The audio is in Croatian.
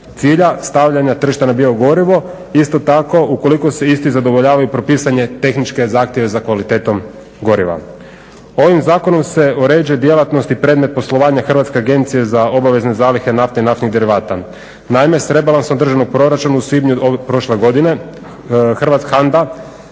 cilja stavlja na tržište biogorivo. Isto tako ukoliko se isti zadovoljavaju propisane tehničke zahtjeve za kvalitetom goriva. Ovim zakonom se uređuje djelatnost i predmet poslovanja Hrvatske agencije za obavezne zalihe nafte i naftnih derivata. Naime, s rebalansom državnog proračuna u svibnju prošle godine HANDA